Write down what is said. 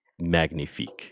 magnifique